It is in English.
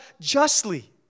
justly